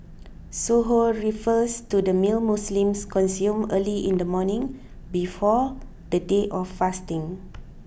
suhoor refers to the meal Muslims consume early in the morning before the day of fasting